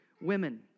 women